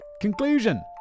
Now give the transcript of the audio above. Conclusion